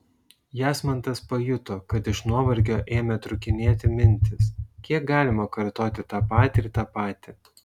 jasmantas pajuto kad iš nuovargio ėmė trūkinėti mintys kiek galima kartoti tą patį ir tą patį